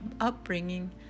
upbringing